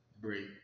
break